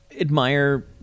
admire